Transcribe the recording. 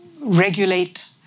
regulate